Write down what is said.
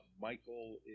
Michael